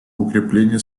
укрепление